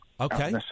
Okay